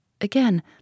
Again